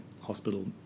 hospital